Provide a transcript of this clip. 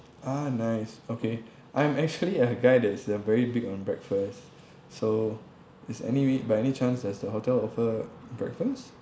ah nice okay I'm actually a guy that's uh very big on breakfast so is anyway by any chance does the hotel offers breakfast